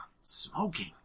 Smoking